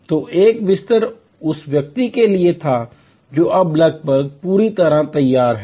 तो एक बिस्तर उस व्यक्ति के लिए था जो अब लगभग पूरी तरह से तैयार है